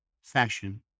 fashion